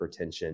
hypertension